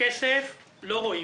כסף לא רואים.